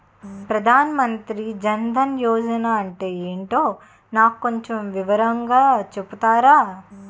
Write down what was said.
ప్రధాన్ మంత్రి జన్ దన్ యోజన అంటే ఏంటో నాకు కొంచెం వివరంగా చెపుతారా?